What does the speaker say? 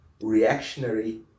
reactionary